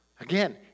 Again